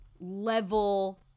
level